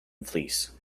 fleece